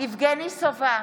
יבגני סובה,